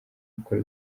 gukora